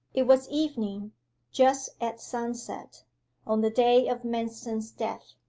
it was evening just at sunset on the day of manston's death.